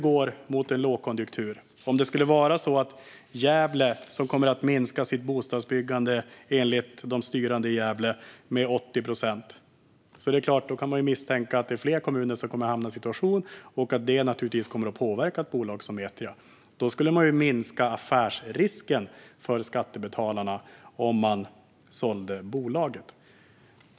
Gävle kommer enligt de styrande att minska sitt bostadsbyggande med 80 procent, och man kan misstänka att fler kommuner kommer att hamna i en liknande situation. Om vi går mot en lågkonjunktur kommer det naturligtvis att påverka ett bolag som Metria. Då skulle man minska affärsrisken för skattebetalarna om man sålde bolaget.